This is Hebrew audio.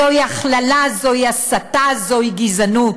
זוהי הכללה, זוהי הסתה, זוהי גזענות.